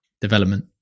development